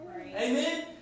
Amen